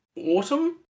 autumn